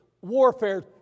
warfare